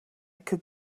could